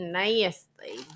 nasty